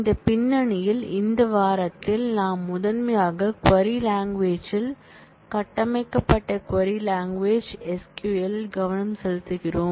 இந்த பின்னணியில் இந்த வாரத்தில் நாம் முதன்மையாக க்வரி லாங்குவேஜ்ல் கட்டமைக்கப்பட்ட க்வரி லாங்குவேஜ் SQL இல் கவனம் செலுத்துகிறோம்